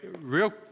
real